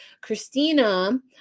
Christina